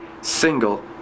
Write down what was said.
single